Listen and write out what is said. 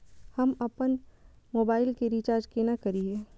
हम आपन मोबाइल के रिचार्ज केना करिए?